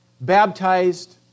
baptized